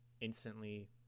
Instantly